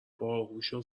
باهوشو